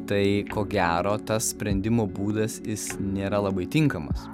tai ko gero tas sprendimo būdas jis nėra labai tinkamas